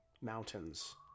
mountains